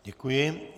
Děkuji.